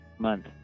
month